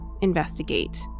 investigate